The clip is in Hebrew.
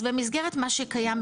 אז במסגרת מה שקיים,